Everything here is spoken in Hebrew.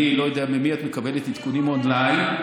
אני לא יודע ממי את מקבלת עדכונים און-ליין,